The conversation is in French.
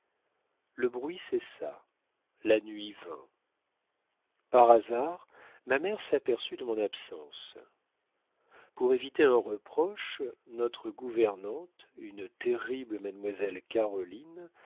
le bruit cessa la nuit vint par hasard ma mère s'aperçut de mon absence pour éviter un reproche notre gouvernante une terrible mademoiselle caroline